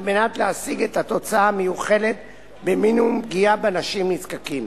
להשיג את התוצאה המיוחלת במינימום פגיעה באנשים נזקקים.